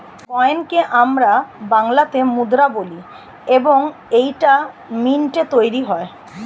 কয়েনকে আমরা বাংলাতে মুদ্রা বলি এবং এইটা মিন্টে তৈরী হয়